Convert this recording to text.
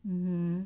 mmhmm